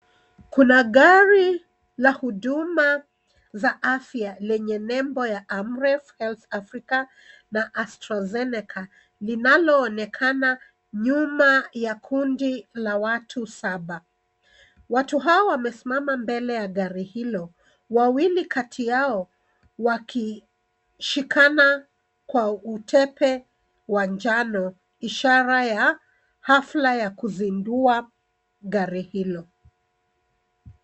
Kuna gari ya huduma ya afya lenye nembo ya AMREF AFRIKA na Astrozeneca linaloonekana nyuma ya kundi la watu saba. Watu hawa wamesimama mbele ya gari hilo. Wawili kati yao wakishikina kwa utepe wa njano ishara ya hafla ya kuzindua gari hilo.